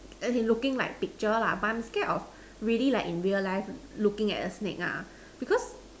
as in looking like pictures lah but I am scared of really like in real life looking at a snake ah because